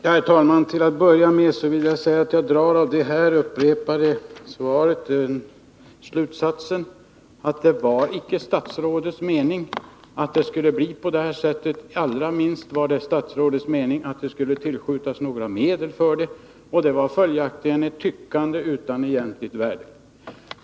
Herr talman! Till att börja med vill jag säga att jag av det här upprepade svaret drar den slutsatsen att det icke var statsrådets mening att det skulle bli | på detta sätt. Allra minst var det statsrådets mening att det skulle tillskjutas några medel för detta, och det var följaktligen ett tyckande utan egentligt värde.